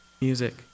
Music